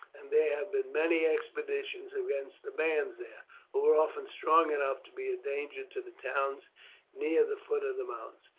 and there have been many expeditions against the bands there, who are often strong enough to be a danger to the towns near the foot of the mountains.